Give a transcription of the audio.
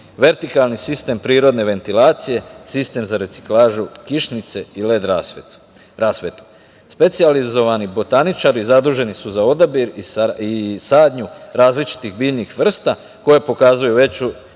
vertikalni sistem prirodne ventilacije, sistem za reciklažu kišnice i led rasvetu. Specijalizovani botaničari zaduženi su za odabir i sadnju različitih biljnih vrsta, koje pokazuju veću